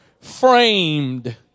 framed